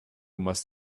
must